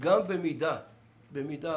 בבקשה, מכובדי.